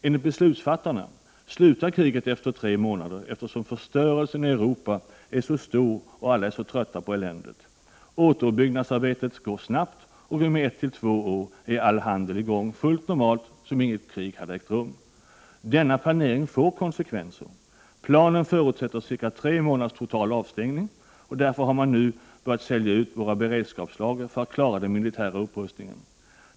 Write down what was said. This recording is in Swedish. Enligt beslutsfattarna slutar kriget efter tre månader, eftersom förstörelsen i Europa är så stor och alla är så trötta på eländet. Återuppbyggnadsarbetet går snabbt, och inom ett till två år är all handel i gång fullt normalt som om inget krig hade ägt rum. Denna planering får konsekvenser. Planen förutsätter ca tre månaders total avstängning, och därför har man nu börjat sälja ut våra beredskapslager för att klara den militära upprustningen.